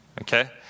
Okay